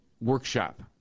workshop